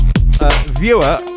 Viewer